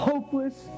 Hopeless